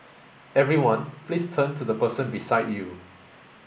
everyone please turn to the person beside you